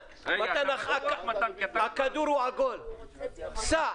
בשעה 14:20 אני מתכבד לפתוח שוב את הישיבה.